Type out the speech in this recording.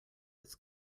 its